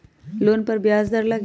Loan पर ब्याज दर लगी?